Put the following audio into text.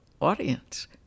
audience